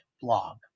blog